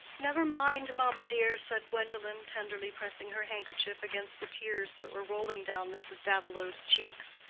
never mind, mamma dear, said gwendolen, tenderly pressing her handkerchief against the tears that were rolling down mrs. davilow's cheeks.